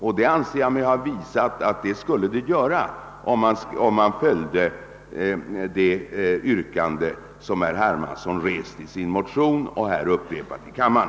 Jag anser mig ha visat att detta skulle bli fallet om vi följde det yrkande herr Hermansson rest i sin motion och upprepat här i kammaren.